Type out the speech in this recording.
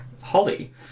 Holly